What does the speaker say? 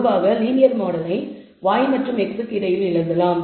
பொதுவாக லீனியர் மாடலை y மற்றும் x க்கு இடையில் எழுதலாம்